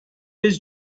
his